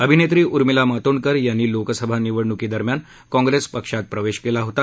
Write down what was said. अभिनेत्री उर्मिला मातोंडकर यांनी लोकसभा निवडणूकी दरम्यान काँग्रेस पक्षात प्रवेश केला होता